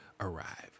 arrive